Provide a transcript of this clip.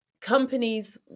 companies